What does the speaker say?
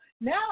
now